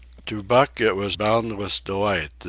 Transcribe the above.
to buck it was boundless delight,